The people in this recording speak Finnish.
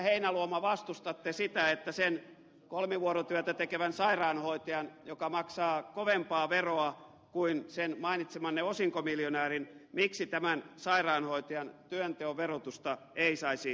heinäluoma vastustatte sitä että sen kolmivuorotyötä tekevän sairaanhoitajan joka maksaa kovempaa veroa kuin se mainitsemanne osinkomiljonääri työnteon verotusta kevennettäisiin